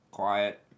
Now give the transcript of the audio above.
quiet